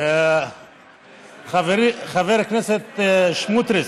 חברי חבר הכנסת סמוטריץ,